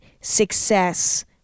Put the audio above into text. success